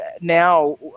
now